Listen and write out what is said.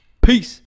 peace